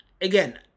again